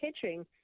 pitching